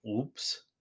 Oops